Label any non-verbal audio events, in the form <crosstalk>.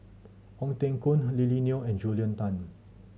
Ong Teng Koon <unintelligible> Lily Neo and Julia Tan